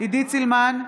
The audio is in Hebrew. עידית סילמן,